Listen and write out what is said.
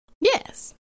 Yes